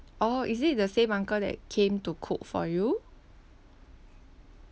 orh is it the same uncle that came to cook for you